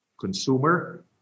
consumer